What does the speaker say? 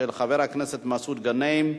של חבר הכנסת מסעוד גנאים.